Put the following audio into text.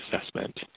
assessment